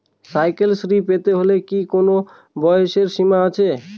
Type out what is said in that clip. Cycle Shri পেতে হলে কি কোনো বয়সের সীমা আছে?